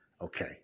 Okay